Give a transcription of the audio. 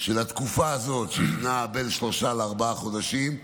של התקופה הזאת, שנעה בין שלושה לארבעה חודשים.